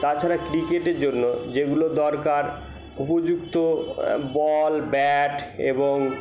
তাছাড়া ক্রিকেটের জন্য যেগুলো দরকার উপযুক্ত বল ব্যাট এবং